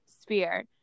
sphere